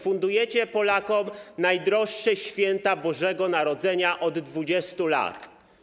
Fundujecie Polakom najdroższe święta Bożego Narodzenia od 20 lat.